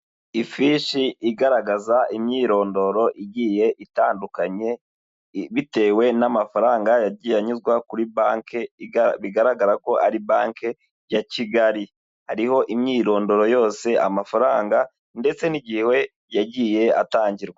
Ifishi igaragaza imyirondoro igiye itandukanye, bitewe n'amafaranga yagiye anyuzwa kuri banki bigaragara ko ari Banki ya Kigali, hariho imyirondoro yose amafaranga ndetse n'igihe we yagiye atangirwa.